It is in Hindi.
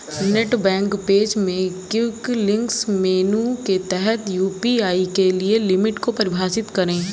नेट बैंक पेज में क्विक लिंक्स मेनू के तहत यू.पी.आई के लिए लिमिट को परिभाषित करें